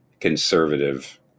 conservative